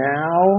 now